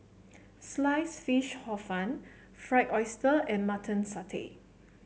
Sliced Fish Hor Fun Fried Oyster and Mutton Satay